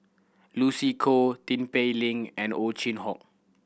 Lucy Koh Tin Pei Ling and Ow Chin Hock